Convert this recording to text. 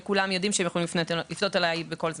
כולם, יודעים שהם יכולים לפנות אלי בכל זמן.